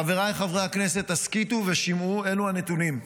חבריי חברי הכנסת, הסכיתו ושמעו, אלו הנתונים: